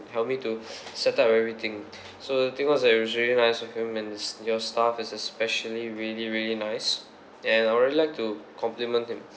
helped me to settle everything so the thing was it was really nice of him and s~ your staff is especially really really nice and I really like to compliment him